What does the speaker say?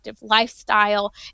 lifestyle